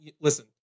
listen